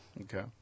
Okay